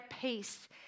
peace